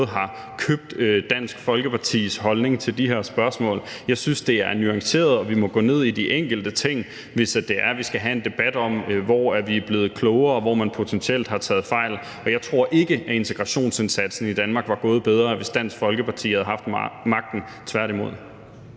har købt Dansk Folkepartis holdning til de her spørgsmål. Jeg synes, det er nuanceret, og at vi må gå ned i de enkelte ting, hvis vi skal have en debat om, hvor vi er blevet klogere, og hvor man potentielt har taget fejl. Og jeg tror ikke, at integrationsindsatsen i Danmark var gået bedre, hvis Dansk Folkeparti havde haft magten – tværtimod.